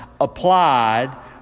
applied